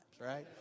right